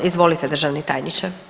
Izvolite državni tajniče.